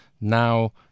Now